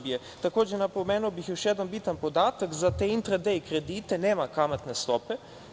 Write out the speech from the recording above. Takođe bih napomenuo još jedan bitan podatak za te intrade kredite nema kamatne stope.